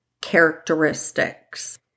characteristics